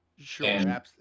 Sure